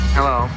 Hello